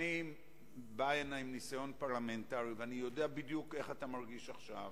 אשמע מה אתה רוצה.